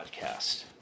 podcast